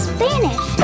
Spanish